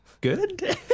good